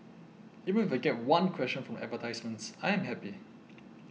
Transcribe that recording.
even if I get one question from the advertisements I am happy